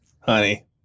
Honey